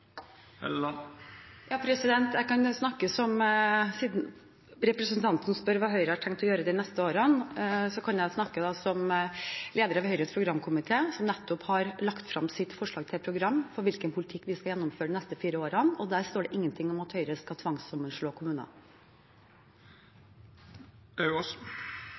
Siden representanten Lauvås spør hva Høyre har tenkt å gjøre de neste årene, kan jeg svare som leder av Høyres programkomité, som nettopp har lagt frem sitt forslag til program for hvilken politikk vi skal gjennomføre de neste fire årene. Der står det ingenting om at Høyre skal tvangssammenslå